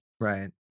Right